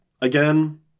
again